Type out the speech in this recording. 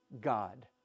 God